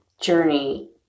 journey